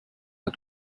the